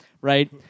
right